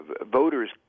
voters